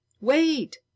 wait